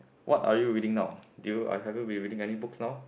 what are you reading now do you are you have reading any books now